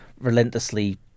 relentlessly